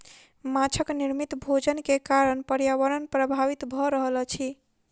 माँछक निर्मित भोजन के कारण पर्यावरण प्रभावित भ रहल अछि